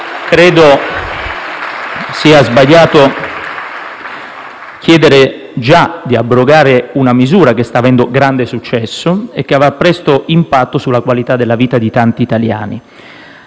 credo sia sbagliato chiedere già di abrogare una misura che sta avendo grande successo e che avrà presto impatto sulla qualità della vita di tanti italiani.